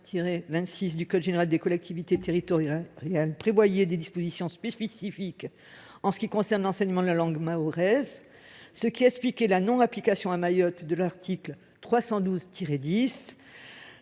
du code général des collectivités territoriales prévoyait des dispositions spécifiques concernant l'enseignement de la langue mahoraise, ce qui justifiait la non-application à Mayotte de l'article L. 312-10